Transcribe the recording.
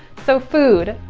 so, food,